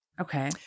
Okay